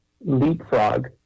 leapfrog